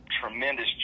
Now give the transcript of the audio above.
tremendous